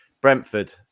Brentford